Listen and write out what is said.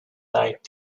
night